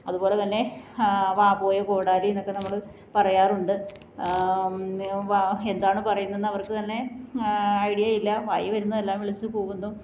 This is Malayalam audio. അതുപോലെതന്നെ വാ പോയ കോടാലീന്നൊക്കെ നമ്മള് പറയാറുണ്ട് എന്താണ് പറയുന്നേന്നവർക്ക് തന്നെ ഐഡിയയില്ല വായില് വരുന്നതെല്ലാം വിളിച്ചുകൂവുന്നു